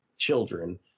children